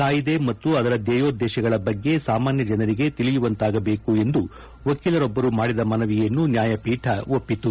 ಕಾಯಿದೆ ಮತ್ತು ಅದರ ಧೇಯೋದ್ದೇಶಗಳ ಬಗ್ಗೆ ಸಾಮಾನ್ಯ ಜನರಿಗೆ ತಿಳಿಯುವಂತಾಗಬೇಕು ಎಂದು ವಕೀಲರೊಬ್ಬರು ಮಾಡಿದ ಮನವಿಯನ್ನು ನ್ಯಾಯಪೀಠ ಒಪ್ಪಿತು